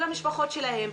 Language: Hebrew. של המשפחות שלהם,